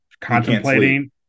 contemplating